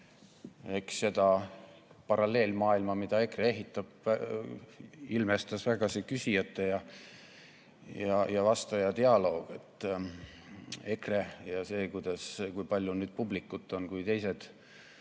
Eks seda paralleelmaailma, mida EKRE ehitab, ilmestas väga see küsijate ja vastaja dialoog, EKRE ja see, kui palju nüüd publikut on, kui teised